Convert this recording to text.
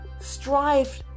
strive